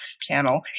channel